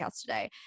today